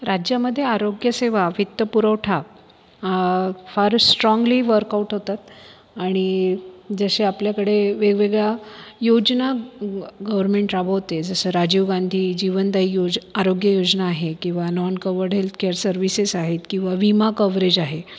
राज्यामध्ये आरोग्यसेवा वित्तपुरवठा फारच स्ट्राँगली वर्कआऊट होतात आणि जसे आपल्याकडे वेगवेगळ्या योजना गव्हरमेन्ट राबवते जसं राजीव गांधी जीवनदायी योज आरोग्य योजना आहे किंवा नॉन कव्हर्ड हेल्थकेअर सर्व्हिसेस आहेत किंवा विमा कवरेज आहे